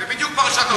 זה בדיוק פרשת האונס.